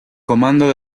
comando